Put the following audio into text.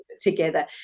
together